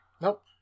Nope